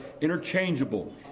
interchangeable